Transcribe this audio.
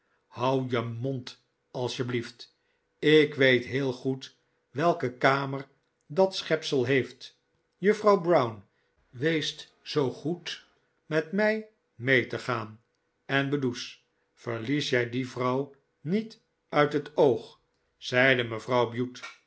houd je mond als je blieft ik weet heel goed welke kamer dat schepsel heeft juffrouw brown wees zoo goed met mij mee te gaan en beddoes vcrlies jij die vrouw niet uit het oog zeide mevrouw bute